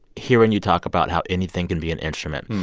hearing you talk about how anything can be an instrument,